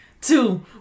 two